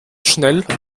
schnell